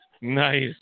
Nice